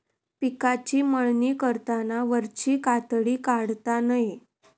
पिकाची मळणी करताना वरची कातडी काढता नये